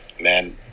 man